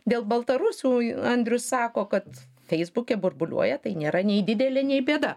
dėl baltarusų andrius sako kad feisbuke burbuliuoja tai nėra nei didelė nei bėda